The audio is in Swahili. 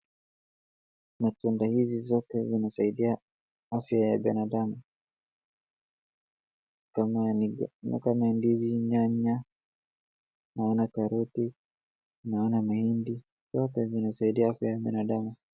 Matunda hizi zote zinasaidia afya ya binadamu. Kama ndizi, nyanya, naona karoti, naona mahindi zote zinasaidia afya ya binadmu.